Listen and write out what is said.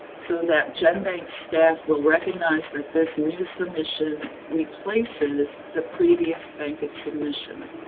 so that genbank staff will recognize that this new submission replaces the previous bankit submission.